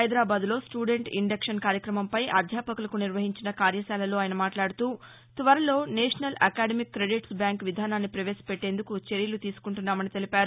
హైదరాబాద్లో student induction కార్యక్రమంపై అధ్యాపకులకు నిర్వహించిన కార్యశాలలో ఆయన మాట్లాడుతూ త్వరలో నేషనల్ అకాడమిక్ క్రెడిట్స్ బ్యాంక్ విధానాన్ని పవేశపెట్టేందుకు చర్యలు తీసుకుంటున్నామని తెలిపారు